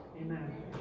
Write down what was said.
Amen